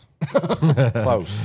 Close